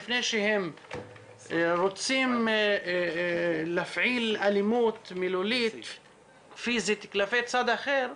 לפני שהם רוצים להפעיל אלימות מילולית או פיזית כלפי צד אחר,